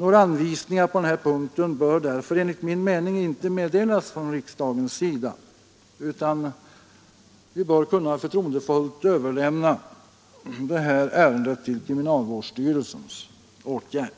Några anvisningar på den här punkten bör därför enligt min mening inte meddelas från riksdagens sida, och vi bör kunna förtroendefullt överlämna ärendet till kriminalvården för åtgärd.